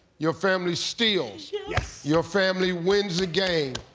your family steals, yeah yeah your family wins the game.